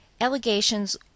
allegations